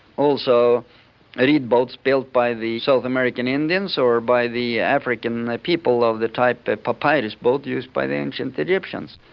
also reed boats built by the south american indians or by the african people of the type of papyrus boat used by the ancient egyptians.